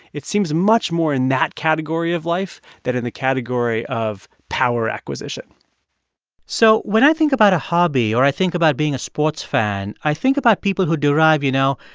it seems much more in that category of life than in the category of power acquisition so when i think about a hobby or i think about being a sports fan, i think about people who derive, you know,